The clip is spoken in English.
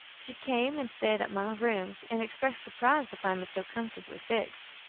she came and stayed at my rooms, and expressed surprise to find me so comfortably fixed.